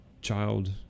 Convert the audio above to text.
child